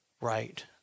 right